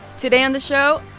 today on the show,